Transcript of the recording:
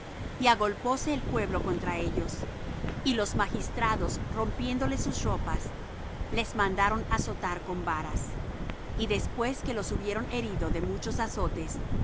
y agolpóse el pueblo contra ellos y los magistrados rompiéndoles sus ropas les mandaron azotar con varas y después que los hubieron herido de muchos azotes